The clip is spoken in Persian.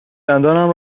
دندانم